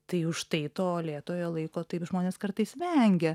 tai užtai to lėtojo laiko taip žmonės kartais vengia